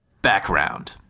Background